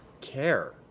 care